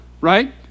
right